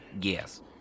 Yes